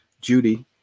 Judy